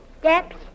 Steps